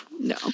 No